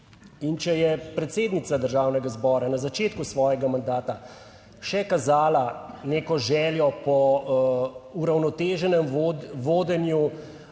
In če je predsednica Državnega zbora na začetku svojega mandata še kazala neko željo po uravnoteženem vodenju